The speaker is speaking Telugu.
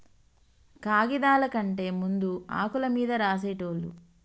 కాగిదాల కంటే ముందు ఆకుల మీద రాసేటోళ్ళు